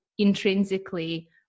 intrinsically